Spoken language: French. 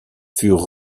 furent